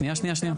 שנייה, שנייה.